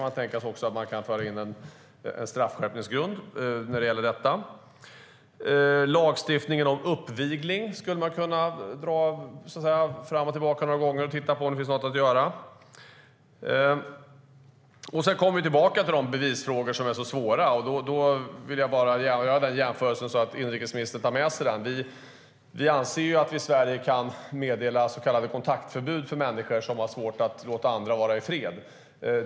Man skulle kunna föra in en straffskärpning när det gäller detta. Lagstiftningen om uppvigling skulle man så att säga kunna dra fram och tillbaka några gånger och titta på om det finns något att göra där. Det för oss tillbaka till de bevisfrågor som är så svåra. Då vill jag bara göra en jämförelse så att inrikesministern tar med sig den. Vi anser ju att vi i Sverige kan meddela så kallade kontaktförbud för människor som har svårt att låta andra vara i fred.